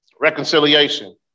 Reconciliation